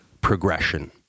progression